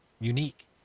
unique